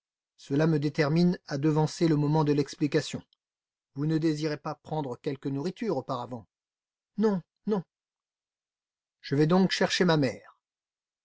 cela me détermine à devancer le moment de l'explication vous ne désirez pas prendre quelque nourriture auparavant non non je vais donc chercher ma mère